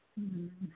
ह्म्म